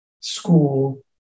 school